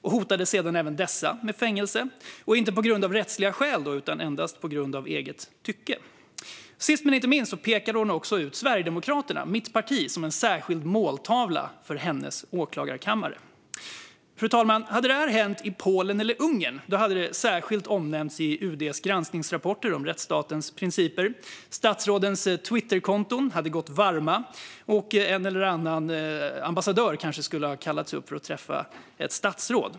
Hon hotade sedan även dessa med fängelse, inte av rättsliga skäl utan endast på grund av eget tycke. Sist men inte minst pekade hon också ut mitt parti Sverigedemokraterna som en särskild måltavla för hennes åklagarkammare. Fru talman! Hade detta hänt i Polen eller Ungern hade det omnämnts särskilt i UD:s granskningsrapporter om rättsstatens principer. Statsrådens Twitterkonton hade gått varma, och en eller annan ambassadör kanske hade kallats upp för att träffa ett statsråd.